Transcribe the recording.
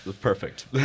Perfect